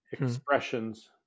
expressions